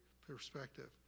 perspective